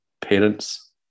parents